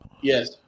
Yes